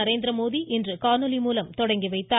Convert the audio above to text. நரேந்திரமோடி இன்று காணொலி மூலம் தொடங்கி வைத்தார்